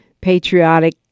patriotic